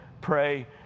pray